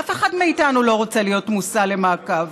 אף אחד מאיתנו לא רוצה להיות מושא למעקב